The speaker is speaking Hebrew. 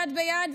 יד ביד,